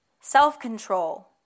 self-control